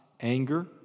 anger